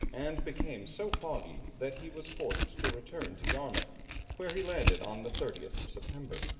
and became so foggy, that he was forced to return to yarmouth where he landed on the thirtieth of september.